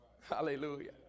hallelujah